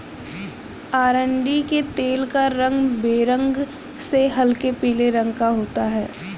अरंडी के तेल का रंग बेरंग से हल्के पीले रंग का होता है